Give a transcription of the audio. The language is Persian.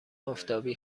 آفتابی